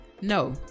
no